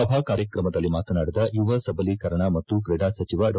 ಸಭಾ ಕಾರ್ಯಕ್ರಮದಲ್ಲಿ ಮಾತನಾಡಿದ ಯುವಸಬಲೀಕರಣ ಮತ್ತು ಕ್ರೀಡಾ ಸಚಿವ ಡಾ